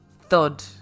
THUD